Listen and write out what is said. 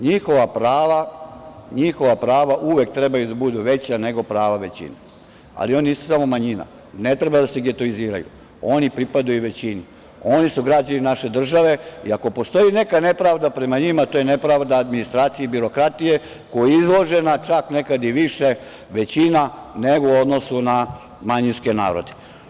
NJihova prava uvek treba da budu veća nego prava većine, ali oni nisu samo manjina, ne treba da se getoiziraju, oni pripadaju većini, oni su građani naše države i ako postoji neka nepravda prema njima, to je nepravda administracije i birokratije koja je izložena čak nekad i više većina nego u odnosu na manjinske narode.